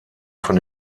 von